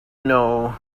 know